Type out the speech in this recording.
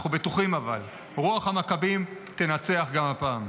אנחנו בטוחים, אבל, רוח המכבים תנצח גם הפעם.